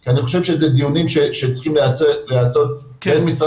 אני חושב שאלה דיונים שצריכים להיעשות בין משרד